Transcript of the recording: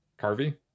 carvey